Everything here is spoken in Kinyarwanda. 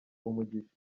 umugisha